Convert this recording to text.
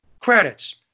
credits